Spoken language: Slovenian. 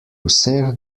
vseh